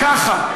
ככה.